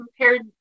compared